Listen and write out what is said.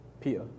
Peter